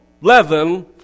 leaven